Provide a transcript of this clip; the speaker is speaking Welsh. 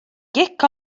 gic